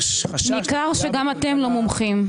ניכר שגם אתם לא מומחים.